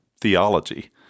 theology